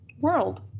world